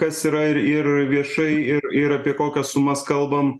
kas yra ir ir viešai ir ir apie kokias sumas kalbam